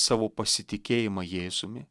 savo pasitikėjimą jėzumi